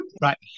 right